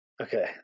Okay